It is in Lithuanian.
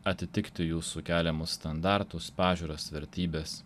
atitikti jūsų keliamus standartus pažiūras vertybes